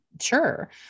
sure